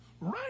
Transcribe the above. right